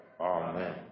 Amen